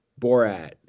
Borat